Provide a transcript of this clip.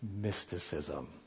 mysticism